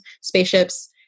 spaceships